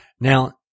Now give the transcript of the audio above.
Now